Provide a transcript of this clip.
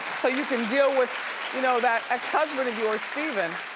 so you can deal with you know that ex-husband stephen,